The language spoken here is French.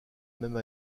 même